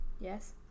Yes